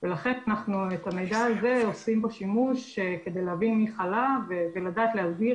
אנחנו עושים שימוש כדי להבין מי חלה ולדעת להזהיר